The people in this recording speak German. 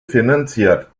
finanziert